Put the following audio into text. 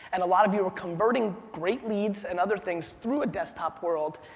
and a lot of you are converting great leads and other things through a desktop world,